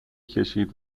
کشید